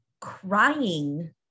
crying